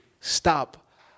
stop